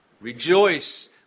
Rejoice